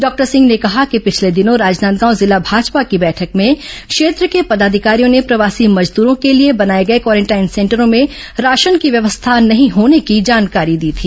doctor Singh ने कहा कि पिछले दिनों राजनांदगांव जिला भाजपा की बैठक में क्षेत्र के पदाधिकारियों ने प्रवासी मजदूरों के लिए बनाए गए क्वारेंटाइन सेंटरों में राशन की व्यवस्था नहीं होने की जानकारी दी थी